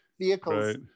vehicles